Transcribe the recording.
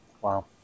Wow